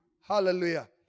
Hallelujah